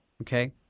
Okay